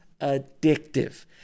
addictive